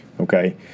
Okay